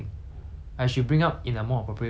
ya I feel like it's like that lah like